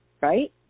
right